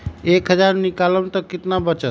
एक हज़ार निकालम त कितना वचत?